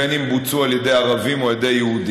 אם בוצעו על ידי ערבים ואם על ידי יהודים,